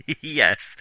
yes